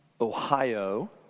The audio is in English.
Ohio